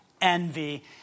envy